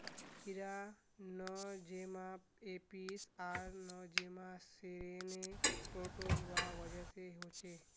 इरा Nosema apis आर Nosema ceranae protozoa वजह से होछे